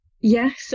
Yes